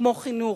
כמו חינוך,